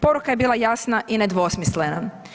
Poruka je bila jasna i nedvosmislena.